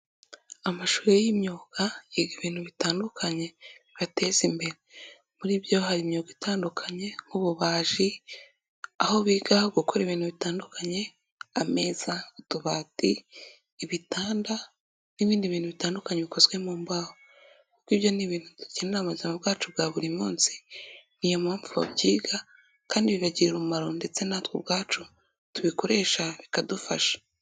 Amashuri y'imyuga yiga ibintu bitandukanye bibateza imbere muri byo hari imyuga itandukanye nk'ububaji aho biga gukora ibintu bitandukanye ameza, utubati, ibitanda n'ibindi bintu bitandukanye bikozwe mu mbaho kuko ibyo ni ibintu dukenera mu buzima bwacu bwa buri munsi niyo mpamvu babyiga kandi bibagirira umumaro ndetse natwe ubwacu tubikoresha bikadufasha.